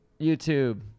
YouTube